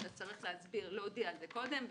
אתה צריך להודיע על זה קודם,